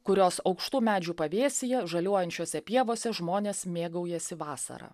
kurios aukštų medžių pavėsyje žaliuojančiose pievose žmonės mėgaujasi vasara